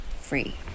free